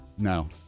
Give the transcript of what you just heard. No